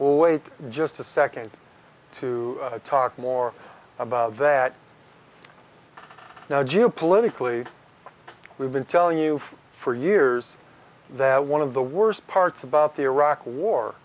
we'll wait just a second to talk more about that now geopolitically we've been telling you for years that one of the worst parts about the iraq war